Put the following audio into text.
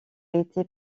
été